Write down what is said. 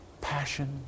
passion